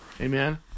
Amen